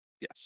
Yes